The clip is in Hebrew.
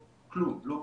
כל דבר עושות,